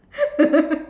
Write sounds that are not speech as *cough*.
*laughs*